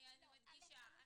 אני מדגישה.